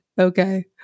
Okay